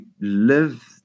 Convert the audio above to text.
live